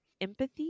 empathy